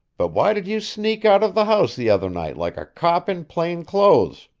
but why did you sneak out of the house the other night like a cop in plain clothes?